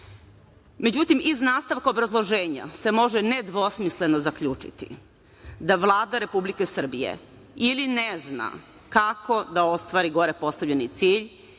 nije.Međutim, iz nastavka obrazloženja se može nedvosmisleno zaključi da Vlada Republike Srbije ili ne zna kako da ostvari gore postavljeni cilj